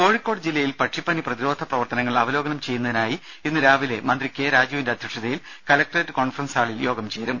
ദേഴ കോഴിക്കോട് ജില്ലയിൽ പക്ഷിപ്പനി പ്രതിരോധ പ്രവർത്തനങ്ങൾ അവലോകനം ചെയ്യുന്നതിനായി ഇന്ന് രാവിലെ മന്ത്രി കെ രാജുവിന്റെ അധ്യക്ഷതയിൽ കലക്ടറേറ്റ് കോൺഫറൻസ് ഹാളിൽ യോഗം ചേരും